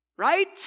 right